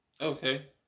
okay